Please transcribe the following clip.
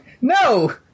No